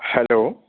hello